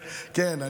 כן,